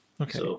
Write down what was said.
Okay